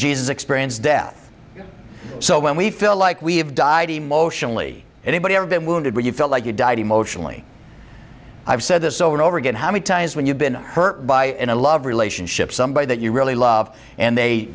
jesus experience death so when we feel like we have died emotionally anybody ever been wounded where you felt like you died emotionally i've said this over and over again how many times when you've been hurt by in a love relationship somebody that you really love and they